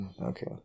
Okay